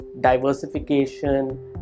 diversification